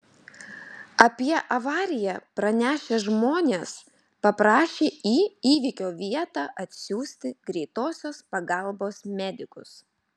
apie avariją pranešę žmonės paprašė į įvykio vietą atsiųsti greitosios pagalbos medikus